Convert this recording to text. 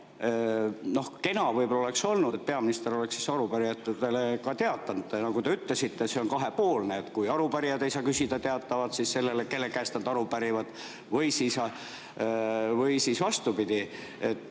Aga kena võib‑olla oleks olnud, kui peaminister oleks siis arupärijatele sellest teatanud. Nagu te ütlesite, see on kahepoolne. Kui arupärijad ei saa küsida, [teavitavad] nad seda, kelle käest nad aru pärivad, või siis vastupidi.